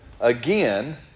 again